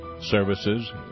services